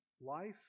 life